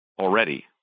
already